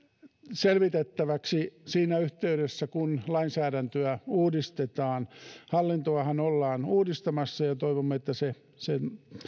selvitettäväksi siinä yhteydessä kun lainsäädäntöä uudistetaan hallintoahan ollaan uudistamassa ja toivomme että se se